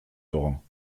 torrent